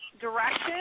direction